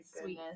Sweet